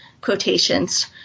quotations